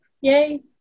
Yay